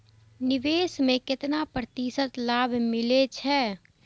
निवेश में केतना प्रतिशत लाभ मिले छै?